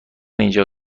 اینجا